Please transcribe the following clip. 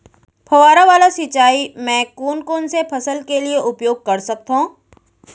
फवारा वाला सिंचाई मैं कोन कोन से फसल के लिए उपयोग कर सकथो?